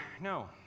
no